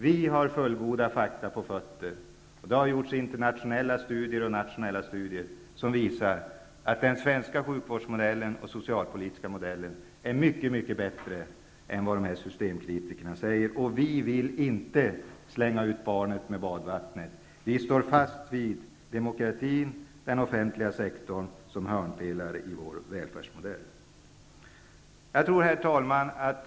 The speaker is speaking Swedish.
Vi har fullgoda fakta på fötterna. Det har gjorts internationella och nationella studier som visar att den svenska sjukvårds och socialpolitiska modellen är mycket bättre än vad systemkritikerna säger. Vi vill inte slänga ut barnet med badvattnet. Vi står fast vid demokratin och den offentliga sektorn som hörnpelare i vår välfärdsmodell. Herr talman!